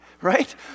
right